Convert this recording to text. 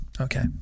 Okay